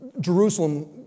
Jerusalem